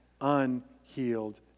unhealed